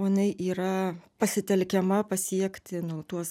o jinai yra pasitelkiama pasiekti nu tuos